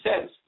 says